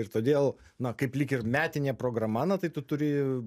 ir todėl na kaip lyg ir metinė programa na tai tu turi